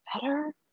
better